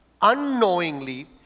unknowingly